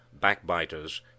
backbiters